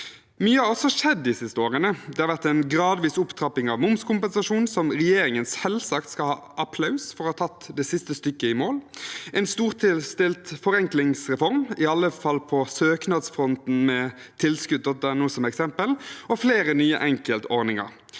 Mye har også skjedd de siste årene. Det har vært en gradvis opptrapping av momskompensasjonen, der regjeringen selvsagt skal ha applaus for å ha tatt det siste stykket i mål, en storstilt forenklingsreform, i alle fall på søknadsfronten, med tilskudd.no som eksempel, og flere nye enkeltordninger.